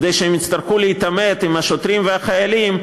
כדי שהם יצטרכו להתעמת עם השוטרים והחיילים,